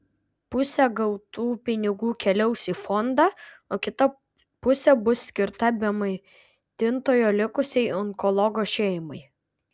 pusė gautų pinigų keliaus į fondą o kita pusė bus skirta be maitintojo likusiai onkologo šeimai